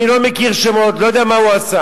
אני לא מכיר שמות, לא יודע מה הוא עשה.